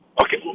Okay